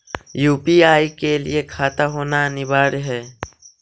UPI के लिए खाता होना अनिवार्य है?